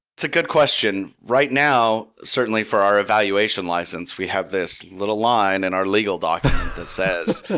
it's a good question. right now, certainly, for our evaluation license, we have this little line in our legal document that says,